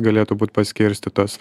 galėtų būti paskirstytos